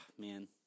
man